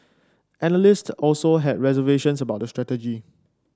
analysts also had reservations about the strategy